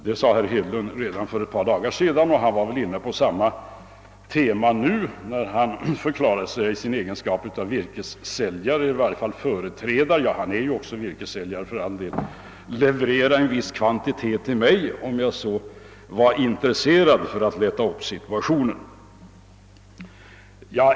Det sade herr Hedlund redan för ett par dagar sedan, och han var inne på samma tema nu när han i sin egenskap av virkessäljare förklarade sig villig att leverera en viss kvantitet till mig — om jag var intresserad — för att lätta upp situationen.